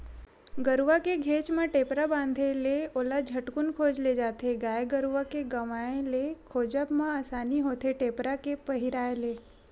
गरुवा के घेंच म टेपरा बंधाय ले ओला झटकून खोज ले जाथे गाय गरुवा के गवाय ले खोजब म असानी होथे टेपरा के पहिराय ले